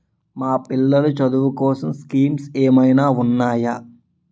మా పిల్లలు చదువు కోసం స్కీమ్స్ ఏమైనా ఉన్నాయా?